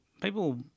people